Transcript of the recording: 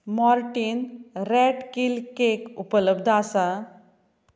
Mortein rat kill cake उपलब्द आसा